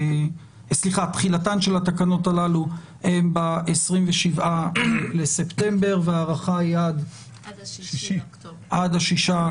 תחילתן של התקנות הללו ב-27 בספטמבר וההארכה היא עד ה-6 באוקטובר,